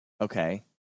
Okay